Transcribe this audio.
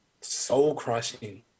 soul-crushing